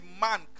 man